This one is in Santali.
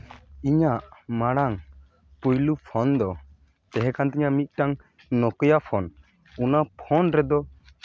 ᱤᱧᱟᱹᱜ ᱢᱟᱲᱟᱝ ᱯᱳᱭᱞᱚ ᱯᱷᱳᱱ ᱫᱚ ᱛᱟᱦᱮᱸ ᱠᱟᱱ ᱛᱤᱧᱟ ᱢᱤᱫᱴᱟᱱ ᱱᱳᱠᱮᱭᱟ ᱯᱷᱳᱱ ᱚᱱᱟ ᱯᱷᱳᱱ ᱨᱮᱫᱚ